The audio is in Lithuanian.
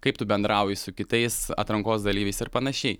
kaip tu bendrauji su kitais atrankos dalyviais ir panašiai